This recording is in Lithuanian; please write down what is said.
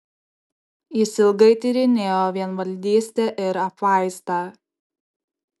jis ilgai tyrinėjo vienvaldystę ir apvaizdą